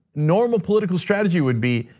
normal political strategy would be,